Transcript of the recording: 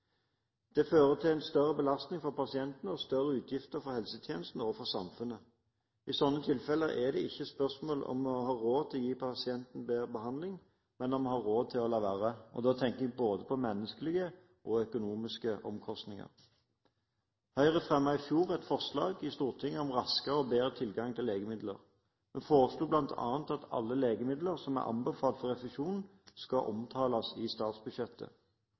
Det fører til en større belastning for pasientene og større utgifter for helsetjenesten og for samfunnet. I slike tilfeller er det ikke spørsmål om å ha råd til å gi pasienten bedre behandling, men om å ha råd til å la være, og da tenker jeg på både menneskelige og økonomiske omkostninger. Høyre fremmet i fjor et forslag i Stortinget om raskere og bedre tilgang til legemidler. Vi foreslo bl.a. at alle legemidler som er anbefalt refusjon, skal omtales i statsbudsjettet.